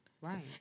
Right